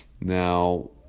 Now